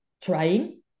trying